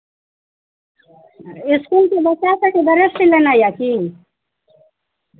इसकुलके बच्चा सभके डरेस सिलेनाइ यए की